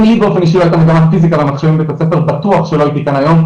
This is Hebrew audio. אם לי בבית הספר לא הייתה מגמת תקשורת ופיסיקה בטוח שלא הייתי כאן היום,